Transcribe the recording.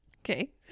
Okay